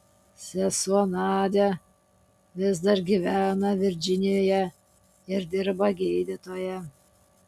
sesuo nadia vis dar gyvena virdžinijoje ir dirba gydytoja